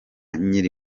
nkiri